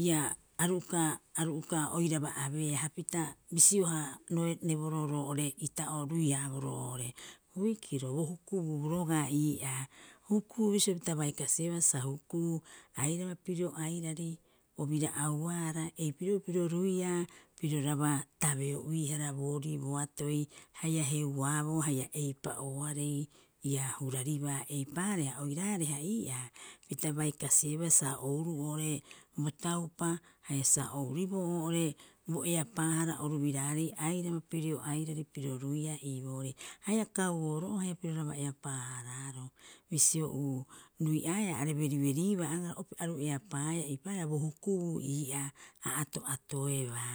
ii'aa a uka, a uka oiraba abeeha pita bisio ha'roreereboro oo'ore itaaroore itaoruiaroo oo'ore. Boikiro bo hukubu roga'a ii'aa, hukubu bisio pita bae kasi'iiba sa huku, airaba pirio airaarei, o bira auraaeea ei pirio- pirio airaarei o bira auraaea ei'piro- piroruia, piro raba tabeoruihara boorii boatoi, haia heuaabo, haia eipao oo'arei ii'aa uu raribaa eipaareha oirahaarea ii'aa, pita bae kasiba sa ouruo'ore bo taupa, haia sa oouribo oo'ore bo heapaahara oru biraarei airaba pirio, airarei piroruia ii'borei. Haia u kau'oro, haia piroraba eapaahararo. Bisio uu ruii'aea are beriberii'baa ara opi aru eapaaea eipaa bo hukubu ii'aa. Ha ato- atoeaba